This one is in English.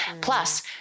Plus